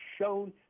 shown